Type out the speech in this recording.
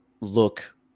look